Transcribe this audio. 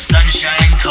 Sunshine